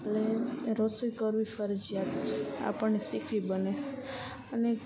એટલે રસોઈ કરવી ફરજિયાત આપણને શીખવી બને અને